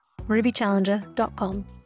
rubychallenger.com